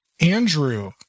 Andrew